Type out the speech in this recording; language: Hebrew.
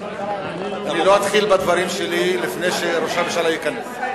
אני לא אתחיל בדברים שלי לפני שראש הממשלה ייכנס.